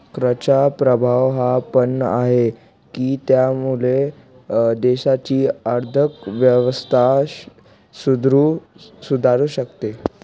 कराचा प्रभाव हा पण आहे, की त्यामुळे देशाची आर्थिक व्यवस्था सुधारू शकते